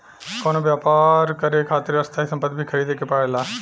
कवनो व्यापर करे खातिर स्थायी सम्पति भी ख़रीदे के पड़ेला